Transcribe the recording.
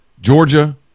Georgia